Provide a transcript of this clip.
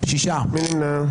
מי נמנע?